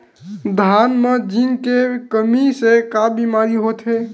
धान म जिंक के कमी से का बीमारी होथे?